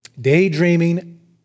Daydreaming